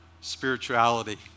spirituality